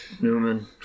Newman